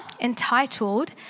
entitled